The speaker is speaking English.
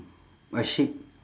a sheep